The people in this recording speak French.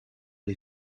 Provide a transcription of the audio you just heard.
les